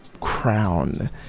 crown